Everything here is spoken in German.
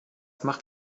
macht